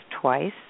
twice